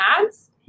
ads